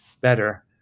better